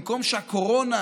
במקום שהקורונה